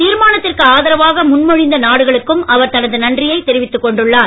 தீர்மானத்திற்கு ஆதரவாக முன்மொழிந்த நாடுகளுக்கும் அவர் தனது நன்றியை தெரிவித்துக் கொண்டுள்ளார்